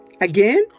Again